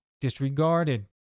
disregarded